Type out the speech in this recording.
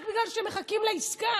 רק בגלל שמחכים לעסקה.